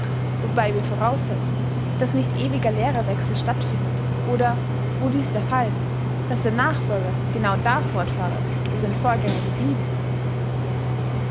wobei wir voraussetzen daß nicht ewiger lehrerwechsel stattfindet oder wo dies der fall daß der nachfolger genau da fortfahre wo sein vorgänger geblieben